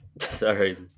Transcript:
Sorry